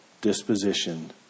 disposition